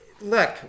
look